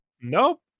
Nope